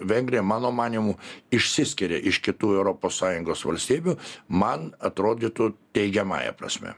vengrija mano manymu išsiskiria iš kitų europos sąjungos valstybių man atrodytų teigiamąja prasme